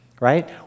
right